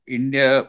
India